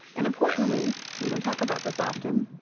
and importantly we don't talk about this often.